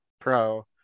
.pro